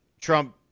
Trump